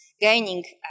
gaining